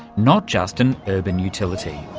not just an urban utility.